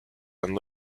and